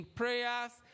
prayers